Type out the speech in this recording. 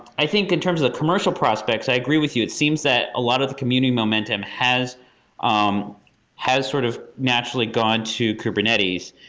i think, in terms of the commercial prospects, i agree with you. it seems that a lot of the community momentum has um has sort of naturally gone to kubernetes.